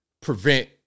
prevent